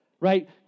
right